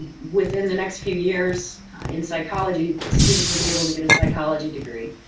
within the next few years in psychology, students will be able to get a psychology degree.